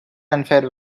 unfair